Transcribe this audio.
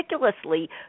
meticulously